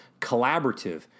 collaborative